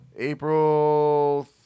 April